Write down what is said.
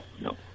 no